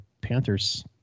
Panthers